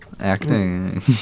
Acting